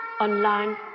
online